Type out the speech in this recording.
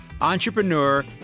entrepreneur